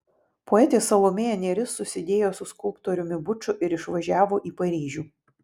poetė salomėja nėris susidėjo su skulptoriumi buču ir išvažiavo į paryžių